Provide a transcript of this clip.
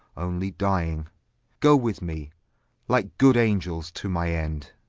only dying goe with me like good angels to my end,